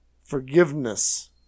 forgiveness